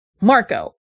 Marco